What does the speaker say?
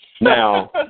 Now